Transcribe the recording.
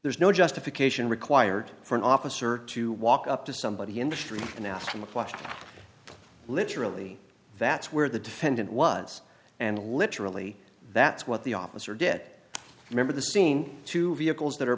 there is no justification required for an officer to walk up to somebody industry and ask him a question literally that's where the defendant was and literally that's what the officer dead remember the scene two vehicles that are